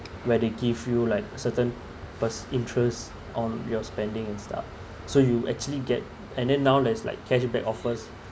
where they give you like certain pers~ interest on your spending and stuff so you actually get and then now there's like cashback offers